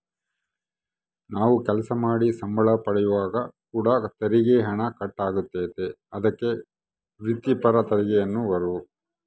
ನಾವು ಕೆಲಸ ಮಾಡಿ ಸಂಬಳ ಪಡೆಯುವಾಗ ಕೂಡ ತೆರಿಗೆ ಹಣ ಕಟ್ ಆತತೆ, ಅದಕ್ಕೆ ವ್ರಿತ್ತಿಪರ ತೆರಿಗೆಯೆನ್ನುವರು